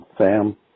Sam